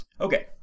Okay